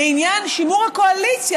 לעניין שימור הקואליציה,